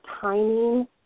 timing